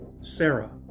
Sarah